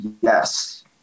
yes